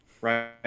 right